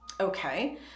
Okay